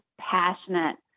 passionate